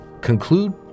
conclude